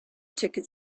ticket